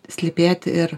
slypėti ir